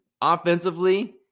offensively